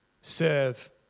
serve